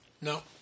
No